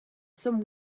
some